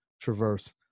traverse